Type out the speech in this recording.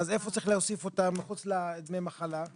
עכשיו יש לנו גם פה רכיב שכר נוסף לגבי עובד של קבלן בגוף מזכה,